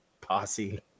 Posse